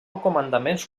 comandaments